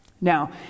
Now